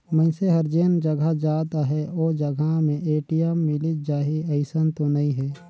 मइनसे हर जेन जघा जात अहे ओ जघा में ए.टी.एम मिलिच जाही अइसन तो नइ हे